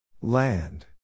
Land